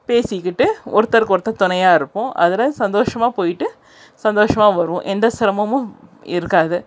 பேசிக்கிட்டு ஒருத்தருக்கு ஒருத்தர் துணையா இருப்போம் அதில் சந்தோஷமாக போய்ட்டு சந்தோஷமாக வருவோம் எந்த சிரமமும் இருக்காது